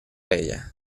ella